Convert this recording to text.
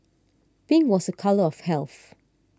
pink was a colour of health